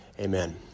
Amen